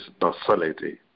docility